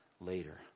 later